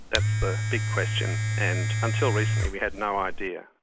that's the big question. and until recently we had no idea.